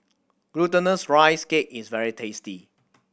Glutinous Rice Cake is very tasty